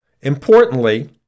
Importantly